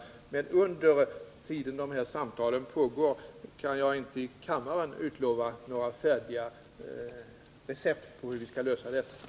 Under den tid då dessa samtal pågår kan jag inte i kammaren lämna några färdiga recept på hur de problemen skall lösas.